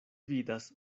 vidas